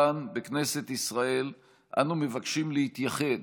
כאן, בכנסת ישראל, אנו מבקשים להתייחד,